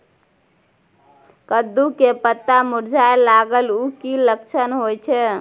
कद्दू के पत्ता मुरझाय लागल उ कि लक्षण होय छै?